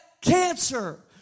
cancer